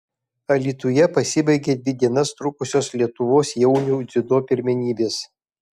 alytuje pasibaigė dvi dienas trukusios lietuvos jaunių dziudo pirmenybės